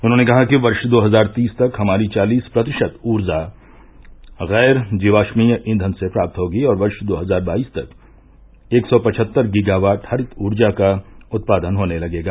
उन्होंने कहा कि वर्ष दो हजार तीस तक हमारी चालीस प्रतिशत ऊर्जा गैर जीवाषीय ईंधन से प्राप्त होगी और वर्ष दो हजार बाईस तक एक सौ पचहत्तर गीगावॉट हरित ऊर्जा का उत्पादन होने लगेगा